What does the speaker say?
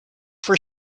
for